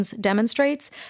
demonstrates